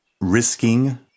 risking